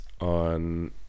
on